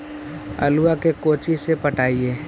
आलुआ के कोचि से पटाइए?